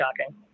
shocking